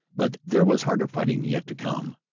but there was harder fighting yet to come.